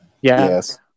Yes